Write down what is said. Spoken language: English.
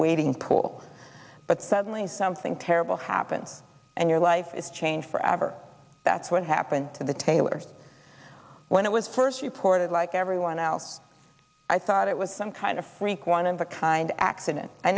wading pool but suddenly something terrible happens and your life is changed forever that's what happened to the taylors when it was first reported like everyone else i thought it was some kind of freak one of a kind accident i